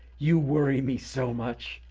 you worry me so much.